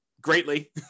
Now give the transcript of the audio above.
greatly